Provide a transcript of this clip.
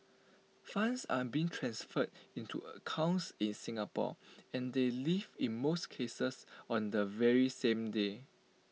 funds are being transferred into accounts in Singapore and they leave in most cases on the very same day